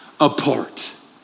apart